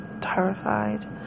terrified